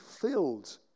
filled